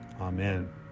Amen